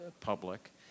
public